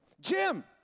Jim